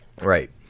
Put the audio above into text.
Right